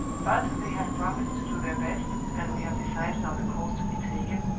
but they have promised to do their best, and we have decided on the course to be taken,